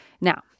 Now